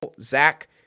Zach